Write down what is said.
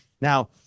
Now